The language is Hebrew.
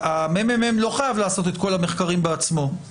המ.מ.מ לא חייב לעשות את כל המחקרים בעצמו.